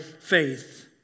faith